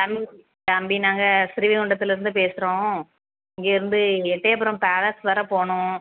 தம் தம்பி நாங்கள் ஸ்ரீவைகுண்டத்துலேருந்து பேசுகிறோம் இங்கேயிருந்து எட்டையபுரம் பேலஸ் வரை போகணும்